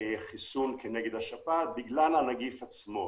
חיסון כנגד השפעת בגלל הנגיף עצמו,